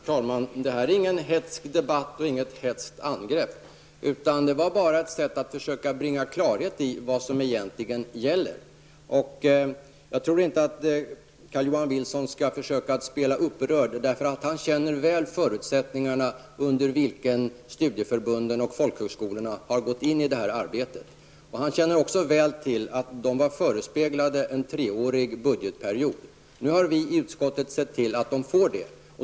Herr talman! Detta är ingen hätsk debatt, och jag har inte heller gjort något hätskt angrepp. Jag försökte bringa klarhet i vad som egentligen gäller. Jag tycker inte att Carl-Johan Wilson skall spela upprörd. Han känner väl till förutsättningarna under vilka studieförbunden och folkhögskolorna har gått in i arbetet. Han känner också väl till att de förespeglades en treårig budgetperiod. Nu har vi i utskottet sett till att de får det.